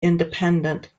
independent